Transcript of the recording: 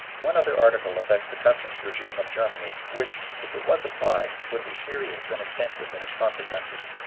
one other article affects the customs regime of germany which, if it was applied, would be serious and extensive in its consequences.